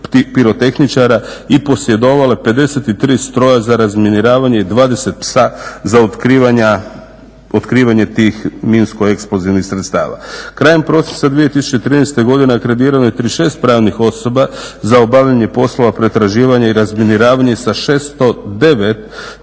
pirotehničara i posjedovale 53 stroja za razminiravanje i 20 psa za otkrivanje tih minsko eksplozivnih sredstava. Krajem prosinca 2013. godine akreditirano je 36 pravnih osoba za obavljanje poslova pretraživanja i razminiravanja sa 609